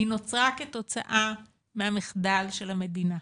שהיא נוצרה כתוצאה מהמחדל של המדינה.